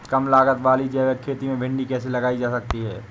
कम लागत वाली जैविक खेती में भिंडी कैसे लगाई जा सकती है?